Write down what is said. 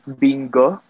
bingo